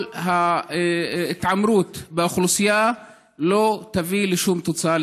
כל ההתעמרות באוכלוסייה לא תביא לשום תוצאה,